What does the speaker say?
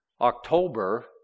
October